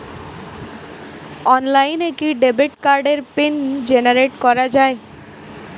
অনলাইনে কি ডেবিট কার্ডের পিন জেনারেট করা যায়?